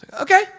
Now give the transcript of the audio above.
Okay